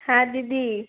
হ্যাঁ দিদি